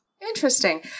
Interesting